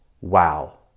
wow